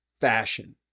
fashion